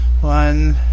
One